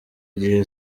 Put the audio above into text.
gihe